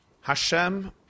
Hashem